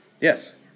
Yes